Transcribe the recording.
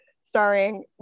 starring